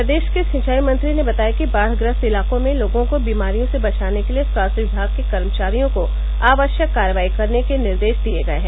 प्रदेश के सिचाई मंत्री ने बताया कि बाढ़ग्रस्त इलाकों में लोगों को बीमारियों से बचाने के लिए स्वास्थ्य विभाग के कर्मचारियों को आवश्यक कार्रवाई करने के निर्देश दिये गये हैं